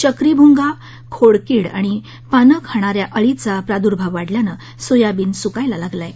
चक्रीभूंगा खोडकीड आणि पाने खाणाऱ्या अळीचा प्रार्दुभाव वाढल्याने सोयाबीन सुकायला लागले आहे